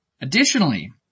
Additionally